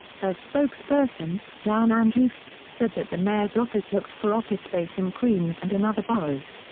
her spokesperson, dan andrews, said that the mayor's office looked for office space in queens and in other boroughs.